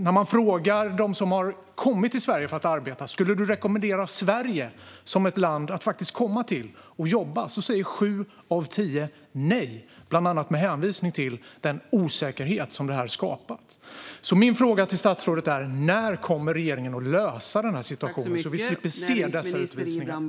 När man frågar dem som har kommit till Sverige för att arbeta om de skulle rekommendera Sverige som ett land att komma till för att jobba säger sju av tio nej, bland annat med hänvisning till den osäkerhet som detta skapat. Min fråga till statsrådet är: När kommer regeringen att lösa denna situation så att vi slipper se dessa utvisningar?